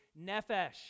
nefesh